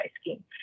scheme